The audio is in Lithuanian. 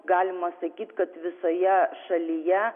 galima sakyt kad visoje šalyje